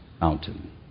mountain